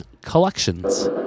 Collections